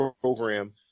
program